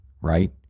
right